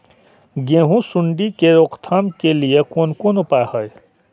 गेहूँ सुंडी के रोकथाम के लिये कोन कोन उपाय हय?